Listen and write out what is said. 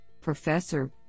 professor